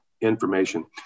information